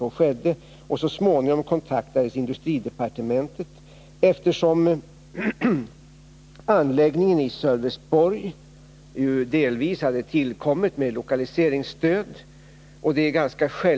Så skedde, och så småningom kontaktades industridepartementet. Anläggningen i Sölvesborg hade delvis tillkommit med lokaliseringsstöd.